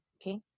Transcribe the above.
okay